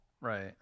Right